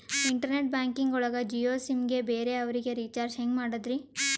Internet banking ಒಳಗ Jio sim ಗೆ ಬೇರೆ ಅವರಿಗೆ ರೀಚಾರ್ಜ್ ಹೆಂಗ್ ಮಾಡಿದ್ರಿ?